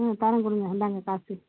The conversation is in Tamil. ம் தரேன் கொடுங்க இந்தாங்க காசு